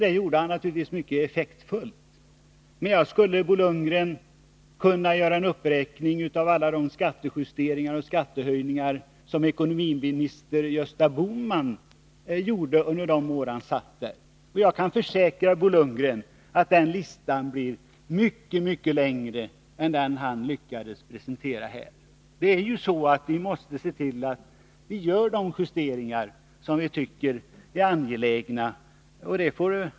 Det gjorde han mycket effektfullt. Men jag skulle, Bo Lundgren, kunna göra en uppräkning av alla de skattejusteringar och skattehöjningar som ekonomiminister Gösta Bohman gjorde under de år han hade ekonomiministerposten. Jag kan försäkra Bo Lundgren att den listan skulle bli mycket längre än den Bo Lundgren lyckades presentera här. Vi måste ju se till att göra de justeringar som är angelägna.